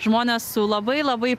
žmonės labai labai